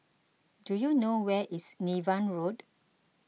do you know where is Niven Road